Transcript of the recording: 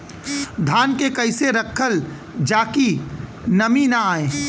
धान के कइसे रखल जाकि नमी न आए?